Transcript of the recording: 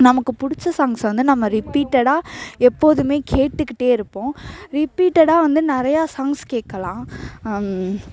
நமக்கு பிடிச்ச சாங்க்ஸை வந்து நம்ம ரிபீட்டடாக எப்போதுமே கேட்டுக்கிட்டே இருப்போம் ரிப்பீட்டடாக வந்து நிறையா சாங்க்ஸ் கேட்கலாம்